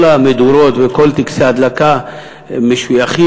כל המדורות וכל טקסי ההדלקה משויכים,